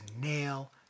nail